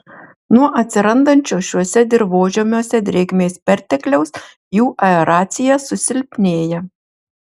nuo atsirandančio šiuose dirvožemiuose drėgmės pertekliaus jų aeracija susilpnėja